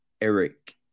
Eric